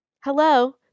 Hello